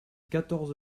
quatorze